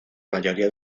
mayoría